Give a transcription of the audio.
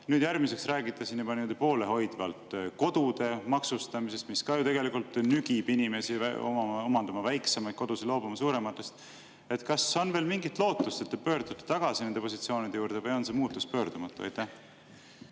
Nüüd järgmiseks räägite juba poolehoidvalt kodude maksustamisest, mis ka ju tegelikult nügib inimesi omandama väiksemaid kodusid ja loobuma suurematest. Kas on veel mingit lootust, et te pöördute tagasi [kunagiste] positsioonide juurde, või on see muutus pöördumatu?